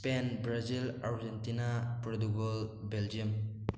Spain Brazil Argentina Portugal Belgium